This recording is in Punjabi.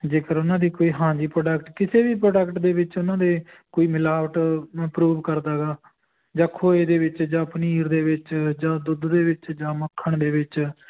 ਜੇਕਰ ਉਹਨਾਂ ਦੀ ਕੋਈ ਹਾਂ ਜੀ ਪ੍ਰੋਡਕਟ ਕਿਸੇ ਵੀ ਪ੍ਰੋਡਕਟ ਦੇ ਵਿੱਚ ਉਹਨਾਂ ਦੇ ਕੋਈ ਮਿਲਾਵਟ ਅ ਪਰੂਵ ਕਰਦਾ ਗਾ ਜਾਂ ਖੋਏ ਦੇ ਵਿੱਚ ਜਾਂ ਪਨੀਰ ਦੇ ਵਿੱਚ ਜਾਂ ਦੁੱਧ ਦੇ ਵਿੱਚ ਜਾਂ ਮੱਖਣ ਦੇ ਵਿੱਚ